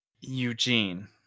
Eugene